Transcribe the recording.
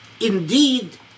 indeed